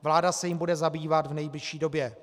Vláda se jím bude zabývat v nejbližší době.